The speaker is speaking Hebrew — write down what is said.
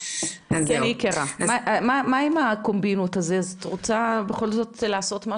אם באמת רוצים לעזור לניצולי